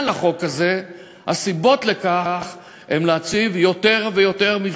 הם גם bottom